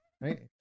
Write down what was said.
right